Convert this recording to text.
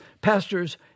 Pastors